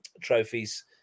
trophies